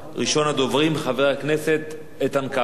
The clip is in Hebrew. ראשון הדוברים, חבר הכנסת איתן כבל.